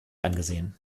angesehen